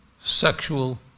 sexual